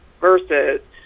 versus